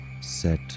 Set